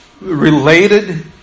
related